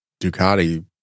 Ducati